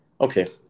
okay